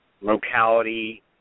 locality